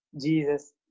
Jesus